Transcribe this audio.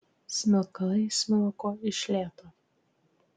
smilkalai smilko iš lėto